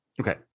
Okay